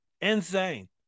Insane